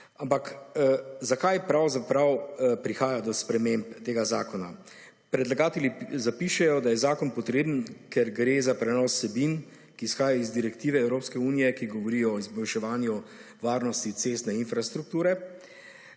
ampak zakaj pravzaprav prihaja do sprememb tega zakona. Predlagatelji zapišejo, da je zakon potreben, ker gre za prenos vsebin, ki izhaja iz direktive Evropske unije, ki govori o izboljševanju varnosti cestne infrastrukture,